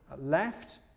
Left